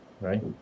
right